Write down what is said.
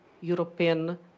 European